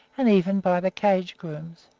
and even by the cage grooms.